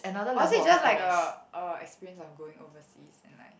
or is it just like a a experience of going overseas and like